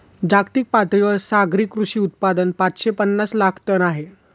जागतिक पातळीवर सागरी कृषी उत्पादन पाचशे पनास लाख टन आहे